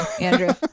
Andrew